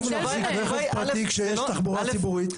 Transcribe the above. טוב להחזיק רכב פרטי כשיש תחבורה ציבורית?